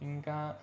ఇంకా